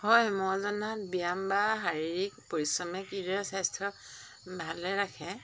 হয় মই জনাত ব্যায়াম বা শাৰীৰিক পৰিশ্ৰমে কিদৰে স্বাস্থ্য ভালে ৰাখে